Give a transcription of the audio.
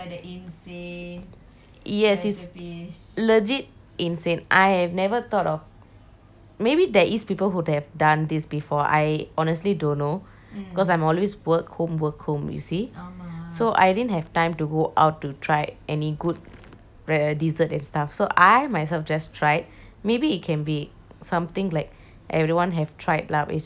yes it's legit insane I have never thought of maybe there is people who have done this before I honestly don't know because I'm always work home work home you see so I didn't have time to go out to try any good err dessert and stuff so I myself just tried maybe it can be something like everyone have tried lah but it's just that I don't know honestly